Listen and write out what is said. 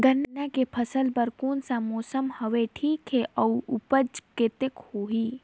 गन्ना के फसल बर कोन सा मौसम हवे ठीक हे अउर ऊपज कतेक होही?